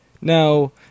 Now